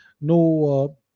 no